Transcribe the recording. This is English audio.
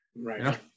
Right